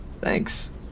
Thanks